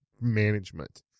management